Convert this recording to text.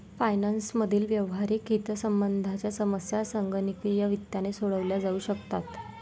finance मधील व्यावहारिक हितसंबंधांच्या समस्या संगणकीय वित्ताने सोडवल्या जाऊ शकतात